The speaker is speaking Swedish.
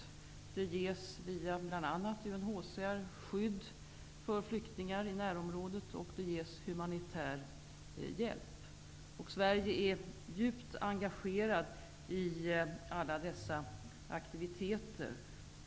Skydd och humanitär hjälp ges bl.a. genom UNHCR för flyktingar i närområdet. Från svensk sida är vi djupt engagerade i alla dessa aktiviteter.